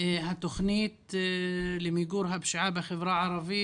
התוכנית למיגור הפשיעה בחברה הערבית?